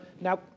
Now